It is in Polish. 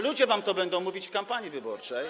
Ludzie wam to będą mówić w kampanii wyborczej.